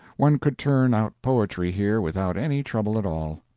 one could turn out poetry here without any trouble at all.